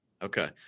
Okay